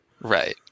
Right